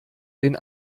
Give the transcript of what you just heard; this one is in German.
den